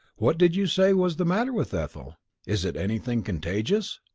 what did you say was the matter with ethel is it anything contagious?